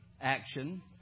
action